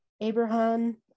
Abraham